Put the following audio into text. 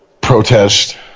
protest